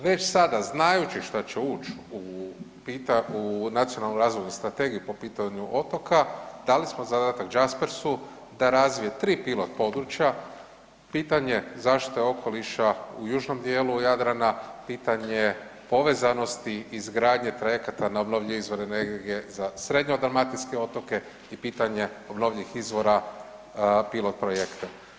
Već sada znajući šta će ući u Nacionalnu razvojnu strategiju po pitanju otoka dali smo zadatak JASPERS-u da razvije tri pilot područja, pitanje zaštite okoliša u južnom dijelu Jadrana, pitanje povezanosti izgradnje trajekata na obnovljive izvore energije za srednjodalmatinske otoke i pitanje obnovljivih izvora pilot projekta.